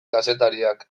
kazetariak